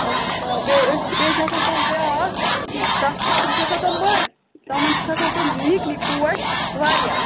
اَچھا بیٚیہِ ٲسۍ بیٚیہِ چھِ آسان تِم بیٛاکھ تتھ چھِ تِم چھِ آسان تِم بٔڈۍ تِمَن چھُ کھسان تِم نِکۍ نِکۍ پوٚش واریاہ